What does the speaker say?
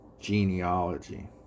Genealogy